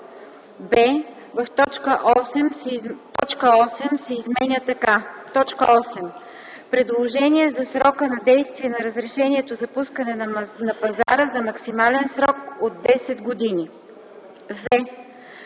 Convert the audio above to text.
б) т. 8 се изменя така: „8. предложение за срока на действие на разрешението за пускане на пазара за максимален срок от 10 години”;